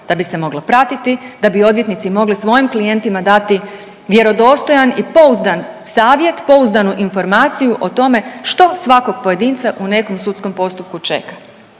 da bi se moglo pratiti, da bi odvjetnici mogli svojim klijentima dati vjerodostojan i pouzdan savjet, pouzdanu informaciju o tome što svakog pojedinca u nekom sudskom postupku čeka,